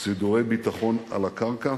סידורי ביטחון על הקרקע